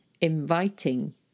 inviting